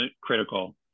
critical